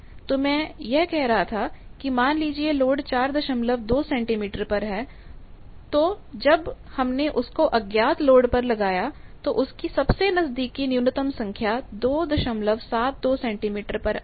तो मैं यह कह रहा था कि मान लीजिए लोड 42 सेंटीमीटर पर है तो जब हमने उसको अज्ञात लोड पर लगाया तो उसकी सबसे नजदीकी न्यूनतम संख्या 272 सेंटीमीटर पर आई